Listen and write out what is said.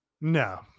No